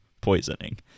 poisoning